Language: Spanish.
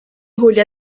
julia